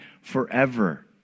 forever